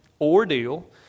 ordeal